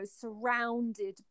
surrounded